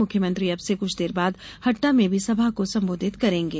मुख्यमंत्री अब से क्छ देर बाद हट्टा में भी सभा को संबोधित करेंगे